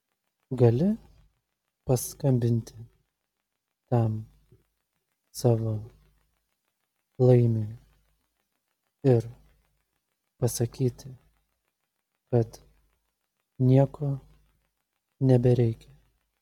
gali paskambinti tam savo laimiui ir pasakyti kad nieko nebereikia